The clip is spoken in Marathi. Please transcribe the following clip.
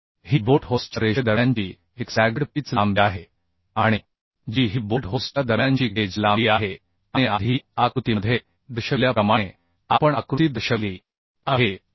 ही बोल्ट होल्सच्या रेषेदरम्यानची एक स्टॅगर्ड पिच लांबी आहे आणि जी ही बोल्ट होल्सच्या दरम्यानची गेज लांबी आहे आणि आधी आकृतीमध्ये दर्शविल्याप्रमाणे आपण आकृती दर्शविली आहे आणि dh